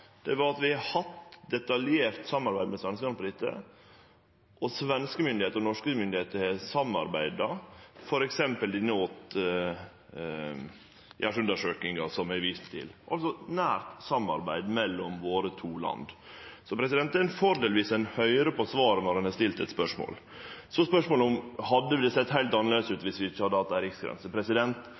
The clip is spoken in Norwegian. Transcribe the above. var at vi har hatt eit detaljert samarbeid med svenskane om dette. Svenske og norske myndigheiter har samarbeidd, f.eks. med denne «åtgärdsvalsstudien» eg viste til – altså eit nært samarbeid mellom våre to land. Det er ein fordel om ein høyrer på svaret når ein har stilt eit spørsmål. Så til spørsmålet om det hadde sett heilt annleis ut dersom vi ikkje hadde hatt ei riksgrense: